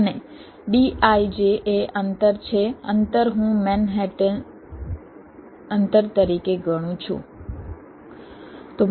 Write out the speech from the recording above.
અને dij એ અંતર છે અંતર હું મેનહટન અંતર તરીકે ગણું છું